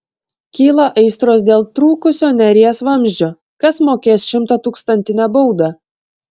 kyla aistros dėl trūkusio neries vamzdžio kas mokės šimtatūkstantinę baudą